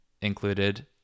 included